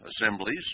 assemblies